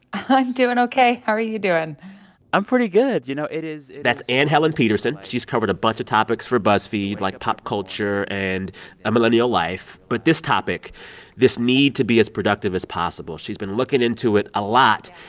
i'm doing ok. how are you doing? i'm pretty good. you know, it is. that's anne helen petersen. she's covered a bunch of topics for buzzfeed, like pop culture and millennial life. but this topic this need to be as productive as possible she's been looking into it a lot,